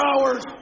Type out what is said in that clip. hours